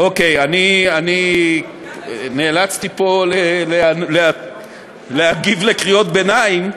אני נאלצתי פה להגיב על קריאות ביניים,